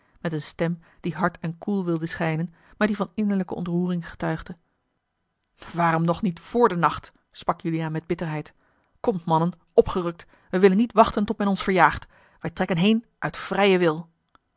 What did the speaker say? met eene stem die hard en koel wilde schijnen maar die van innerlijke ontroering getuigde waarom nog niet vr den nacht sprak juliaan met bitterheid komt mannen opgerukt we willen niet wachten tot men ons verjaagt wij trekken heen uit vrijen wil